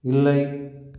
இல்லை